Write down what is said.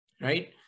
right